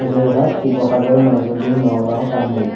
Jorhat Sivasagar Majuli Nagaon Kamrup